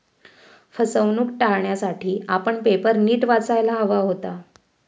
फसवणूक टाळण्यासाठी आपण पेपर नीट वाचायला हवा होता